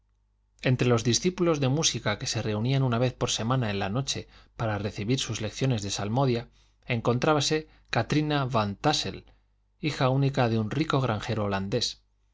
entre los discípulos de música que se reunían una vez por semana en la noche para recibir sus lecciones de salmodia encontrábase katrina van tássel hija única de un rico granjero holandés